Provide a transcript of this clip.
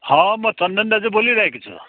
हँ म चन्दन दाजु बोलिरहेको छु